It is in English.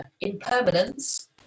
impermanence